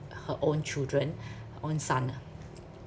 her own children her own son ah